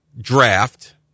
draft